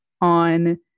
on